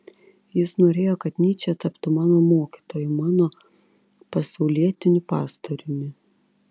jis norėjo kad nyčė taptų mano mokytoju mano pasaulietiniu pastoriumi